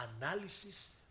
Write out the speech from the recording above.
analysis